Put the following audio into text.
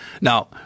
Now